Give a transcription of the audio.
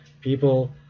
people